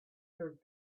third